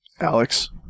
Alex